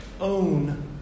own